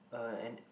uh and